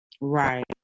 Right